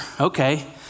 Okay